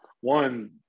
One